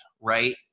right